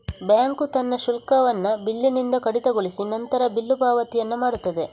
bank ತನ್ನ ಶುಲ್ಕವನ್ನ ಬಿಲ್ಲಿನಿಂದ ಕಡಿತಗೊಳಿಸಿ ನಂತರ ಬಿಲ್ಲು ಪಾವತಿಯನ್ನ ಮಾಡ್ತದೆ